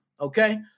okay